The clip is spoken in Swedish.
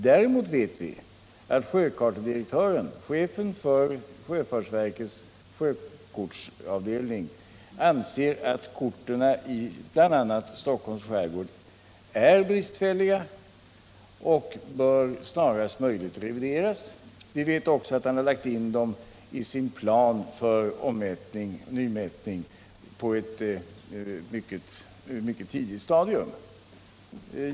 Däremot vet vi att sjökartedirektören, chefen för sjöfartsverkets sjökortsavdelning, anser att korten över bl.a. Stockholms skärgård är bristfälliga och bör revideras snarast möjligt. Vi vet också att han i sin plan för nymätningar lagt in dem på ett mycket tidigt stadium.